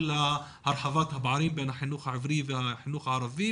להרחבת הפערים בין החינוך העברי לחינוך הערבי,